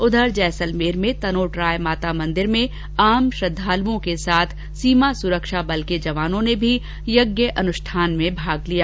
उधर जैसलमेर में तनोट राय माता मंदिर में आम श्रद्धालुओं के साथ सीमा सुरक्षा बल के जवानों ने भी यज्ञ अनुष्ठान में भाग लिया